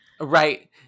Right